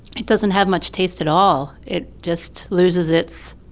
it doesn't have much taste at all. it just loses its